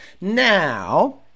now